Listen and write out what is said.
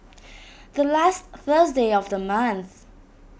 the last Thursday of the month